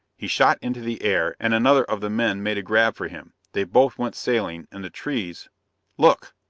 he shot into the air, and another of the men made a grab for him. they both went sailing, and the trees look!